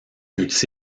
eût